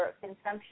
consumption